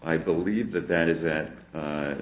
i believe that that is that